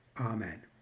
Amen